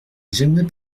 j’aimerais